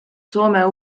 soome